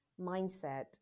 mindset